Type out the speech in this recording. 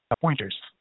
pointers